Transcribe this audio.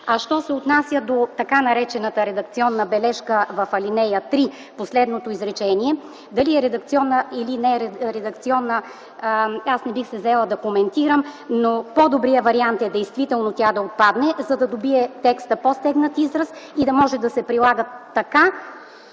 А що се отнася до така наречената редакционна бележка в ал. 3, последното изречение – дали е редакционна или не е, аз не бих се заела да коментирам, но по-добрият вариант е действително тя да отпадне, за да придобие текстът по-стегнат израз и да може да се прилага така